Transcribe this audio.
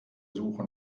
suche